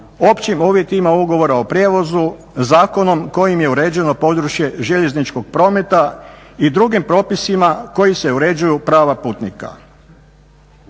općim uvjetima ugovora o prijevozu, zakonom kojim je uređeno područje željezničkog prometa i drugim propisima koji se uređuju prava putnika.